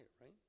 right